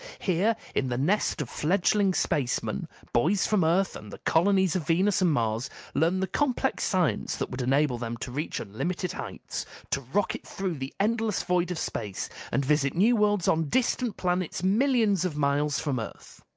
here, in the nest of fledgling spacemen, boys from earth and the colonies of venus and mars learned the complex science that would enable them to reach unlimited heights to rocket through the endless void of space and visit new worlds on distant planets millions of miles from earth.